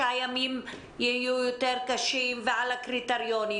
שהימים יהיו יותר קשים ועל הקריטריונים